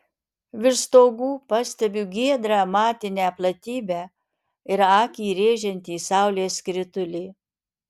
virš stogų pastebiu giedrą matinę platybę ir akį rėžiantį saulės skritulį